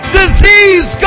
disease